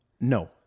No